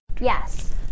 Yes